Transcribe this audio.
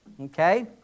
Okay